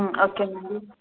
okay అండి